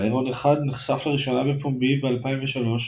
ה"הרון 1" נחשף לראשונה בפומבי ב-2003,